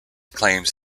claims